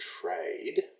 trade